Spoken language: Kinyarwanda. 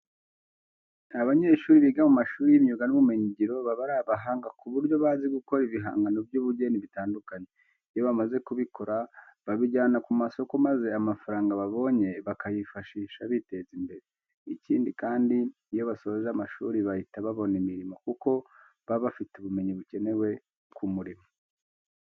Abanyeshuri biga mu mashuri y'imyuga n'ubumenyingiro baba ari abahanga ku buryo bazi gukora ibihangano by'ubugeni bitandukanye. Iyo bamaze kubikora babijyana ku masoko maze amafaranga babonye bakayifashisha biteza imbere. Ikindi kandi, iyo basoje amashuri bahita babona imirimo kuko baba bafite ubumenyi bukenewe ku murimo.